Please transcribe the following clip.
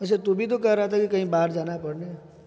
اچھا تو بھی تو کہہ رہا تھا کہیں باہر جانا ہے پڑھنے